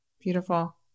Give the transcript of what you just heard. beautiful